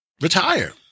retire